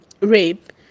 rape